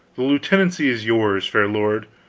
the lieutenancy is yours, fair lord.